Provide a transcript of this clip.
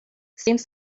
seems